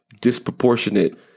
disproportionate